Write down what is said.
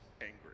angry